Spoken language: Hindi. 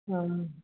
हाँ हाँ